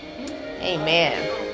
amen